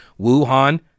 Wuhan